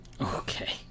Okay